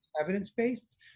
evidence-based